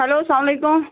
hello سَلام علیکُم